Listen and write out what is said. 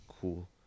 Cool